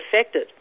affected